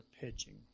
pitching